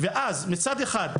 ואז מצד אחד,